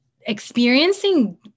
Experiencing